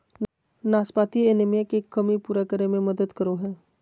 नाशपाती एनीमिया के कमी पूरा करै में मदद करो हइ